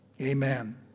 amen